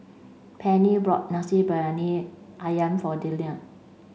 Pennie bought Nasi Briyani Ayam for Deion